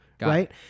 right